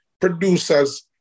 producers